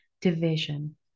Division